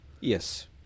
Yes